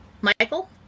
Michael